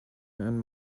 and